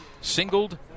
Singled